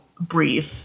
breathe